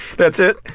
that's it?